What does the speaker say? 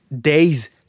days